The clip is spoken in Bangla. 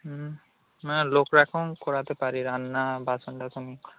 হুম হ্যাঁ লোক রাখুন করাতে পারি রান্না বাসোন টাসোন